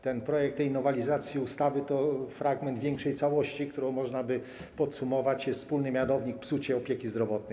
Ten projekt, ta nowelizacja ustawy to fragment większej całości, którą można by podsumować: wspólny mianownik - psucie opieki zdrowotnej.